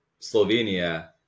Slovenia